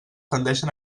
tendeixen